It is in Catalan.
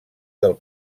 del